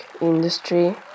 industry